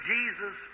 Jesus